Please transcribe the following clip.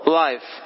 life